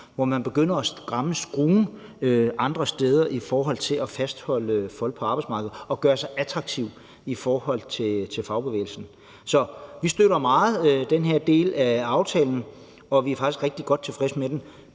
hvor man begynder at stramme skruen andre steder i forhold til at fastholde folk på arbejdsmarkedet og gøre sig attraktiv i forhold til fagbevægelsen. Så vi støtter meget den her del af aftalen, og vi er faktisk rigtig godt tilfredse med begge